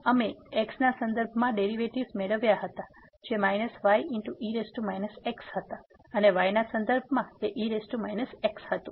અમે x ના સંદર્ભમાં ડેરિવેટિવ્ઝ મેળવ્યા હતા જે y e x હતી અને y ના સંદર્ભમાં તે e x હતું